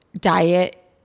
diet